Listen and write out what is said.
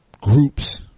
groups